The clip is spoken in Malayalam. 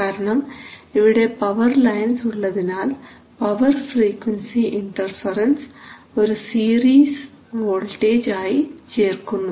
കാരണം ഇവിടെ പവർ ലൈൻസ് ഉള്ളതിനാൽ പവർ ഫ്രീക്വൻസി ഇൻറർഫറൻസ് ഒരു സീരിസ് വോൾട്ടേജ് ആയി ചേർക്കുന്നു